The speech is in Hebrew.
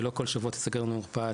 שלא תיסגר לנו מרפאה כל שבוע,